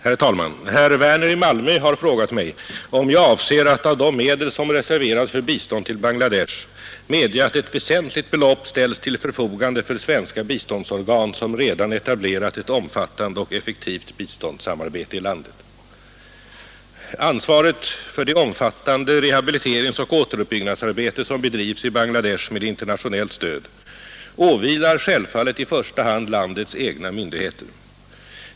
Herr talman! Herr Werner i Malmö har frågat mig om jag avser att av de medel som reserverats för bistånd till Bangladesh medge att ett Nr 123 väsentligt belopp ställs till förfogande för svenska biståndsorgan, som Torsdagen den redan etablerat ett omfattande och effektivt biståndssamarbete i landet. 23 november. 1972 Ansvaret för det omfattande rehabiliteringsoch återuppbyggnadsarbete som bedrivs i Bangladesh med internationellt stöd åvilar självfallet i första hand landets egna myndigheter.